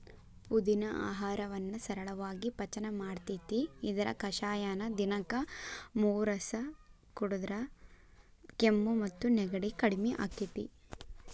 ಪುದಿನಾ ಆಹಾರವನ್ನ ಸರಳಾಗಿ ಪಚನ ಮಾಡ್ತೆತಿ, ಇದರ ಕಷಾಯನ ದಿನಕ್ಕ ಮೂರಸ ಕುಡದ್ರ ಕೆಮ್ಮು ಮತ್ತು ನೆಗಡಿ ಕಡಿಮಿ ಆಕ್ಕೆತಿ